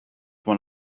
one